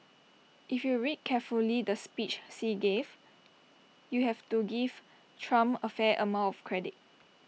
if you read carefully the speech Xi gave you have to give Trump A fair amount of credit